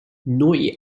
نوعی